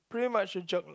pretty much a joke lah